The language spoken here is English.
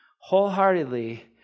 wholeheartedly